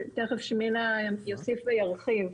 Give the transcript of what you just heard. ותיכף שמילה יוסיף וירחיב,